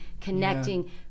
connecting